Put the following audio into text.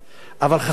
אבל חסרי אונים,